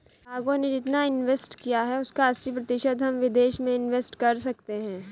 ग्राहकों ने जितना इंवेस्ट किया है उसका अस्सी प्रतिशत हम विदेश में इंवेस्ट कर सकते हैं